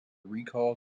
recall